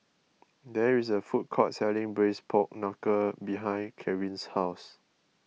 there is a food court selling Braised Pork Knuckle behind Caryn's house